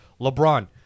LeBron